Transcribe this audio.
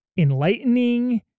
Enlightening